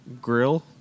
Grill